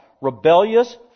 Rebellious